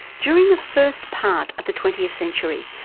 during the first part of the twentieth century,